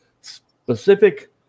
specific